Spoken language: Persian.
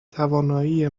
توانایی